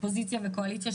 אופוזיציה וקואליציה,